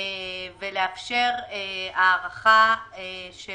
ולאפשר הארכה של